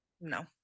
No